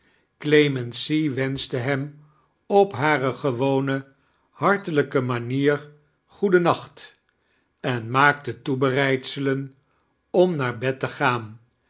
clemency wenschte hem op hare gewone hartelijke manier goeden nacht en maakte toebereidselen om naar bed te gaan